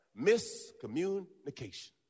Miscommunication